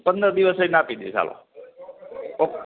પંદર દિવસ રહીને આપી દઇશ હાલો ઓકે